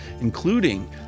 including